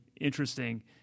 interesting